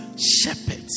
shepherds